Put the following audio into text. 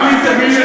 מי שמשקר זה